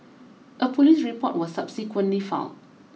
a police report was subsequently filed